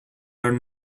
are